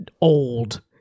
old